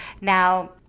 Now